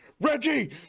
reggie